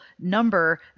number